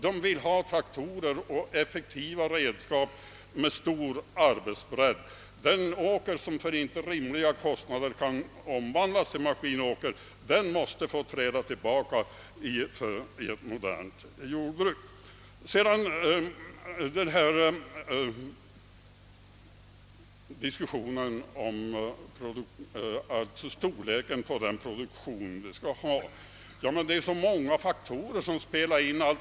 De vill ha traktorer och effektiva redskap med stor arbetsbredd. Den åker som inte för rimliga kostnader kan omvandlas till maskinåker måste få träda tillbaka i ett modernt jordbruk. Vad beträffar storleken av den produktion vi skall gå in för är det många faktorer att ta hänsyn till.